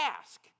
ask